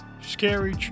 scary